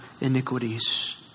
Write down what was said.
iniquities